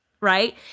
right